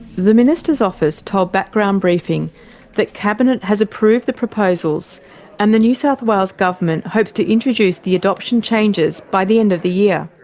the minister's office told background briefing that cabinet has approved the proposals and the new south wales government hopes to introduce the adoption changes by the end of the year.